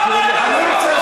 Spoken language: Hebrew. נא לרדת.